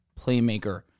playmaker